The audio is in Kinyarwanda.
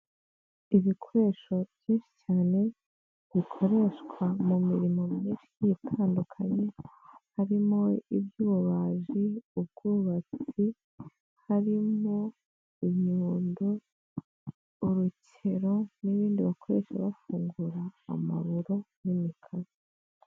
Ibikoresho byinshi cyane bikoreshwa mu mirimo myinshi itandukanye harimo iby'ububaji, ubwubatsi, harimo imiyudo, urukero, n'ibindi bakoresha bafungura amaburo n'imikaro.